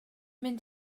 mynd